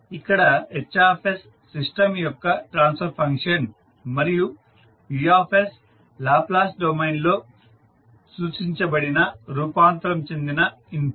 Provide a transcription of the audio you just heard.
ఇక్కడ H system యొక్క transfer function మరియు U లాప్లాస్ డొమైన్లో సూచించబడిన రూపాంతరం చెందిన ఇన్పుట్